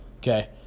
okay